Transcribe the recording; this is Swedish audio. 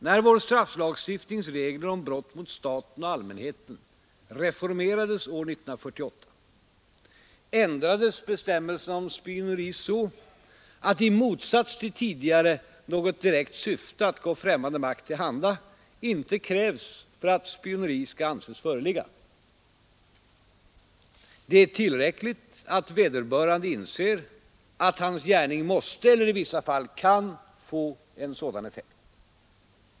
När vår strafflagstiftnings regler om brott mot staten och allmänheten reformerades år 1948, ändrades bestämmelserna om spioneri så att i motsats till tidigare något direkt syfte att gå främmande makt till handa inte krävs för att spioneri skall anses föreligga. Det är tillräckligt att vederbörande inser att hans gärning måste — eller i vissa fall kan — få en sådan effekt.